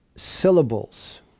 syllables